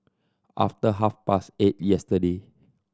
after half past eight yesterday